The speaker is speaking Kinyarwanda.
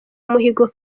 umuhigo